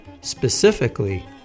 specifically